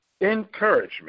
encouragement